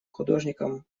художником